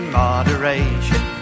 moderation